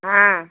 हाँ